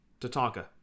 Tatanka